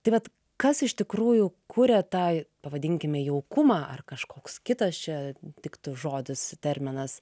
tai vat kas iš tikrųjų kuria tą pavadinkime jaukumą ar kažkoks kitas čia tiktų žodis terminas